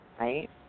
right